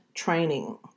training